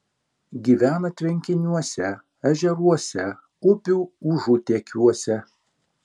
gyvena tvenkiniuose ežeruose upių užutėkiuose